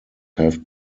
have